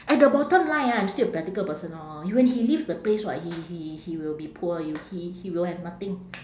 at the bottom line ah I'm still a practical person orh when he leave the place [what] he he he will be poor you he he will have nothing